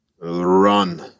run